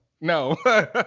No